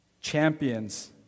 champions